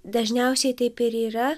dažniausiai taip ir yra